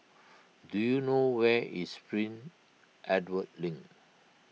do you know where is Prince Edward Link